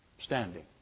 standing